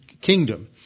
kingdom